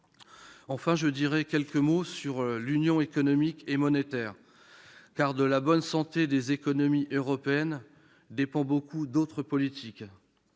Enfin, je dirai quelques mots sur l'Union économique et monétaire, car de la bonne santé des économies européennes dépendent beaucoup d'autres politiques.